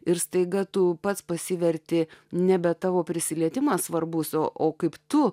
ir staiga tu pats pasivertė nebe tavo prisilietimas svarbus o kaip tu